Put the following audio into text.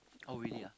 oh really ah